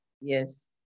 Yes